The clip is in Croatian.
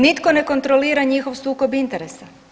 Nitko ne kontrolira njihov sukob interesa.